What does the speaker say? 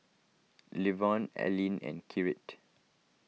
Levon Alline and Kirt